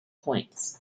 points